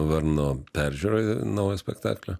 varno peržiūroj naujo spektaklio